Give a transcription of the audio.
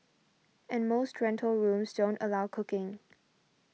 and most rental rooms don't allow cooking